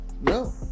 No